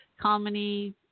comedy